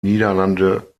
niederlande